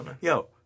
yo